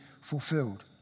fulfilled